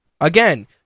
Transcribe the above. Again